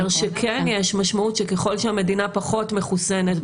אז זה אומר שכן יש משמעות שככל שהמדינה פחות מחוסנת,